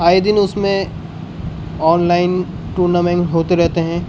آئے دن اس میں آن لائن ٹورنامنٹ ہوتے رہتے ہیں